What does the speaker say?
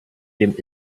dem